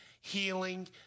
healing